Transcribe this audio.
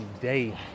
day